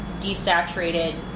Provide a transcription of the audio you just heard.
desaturated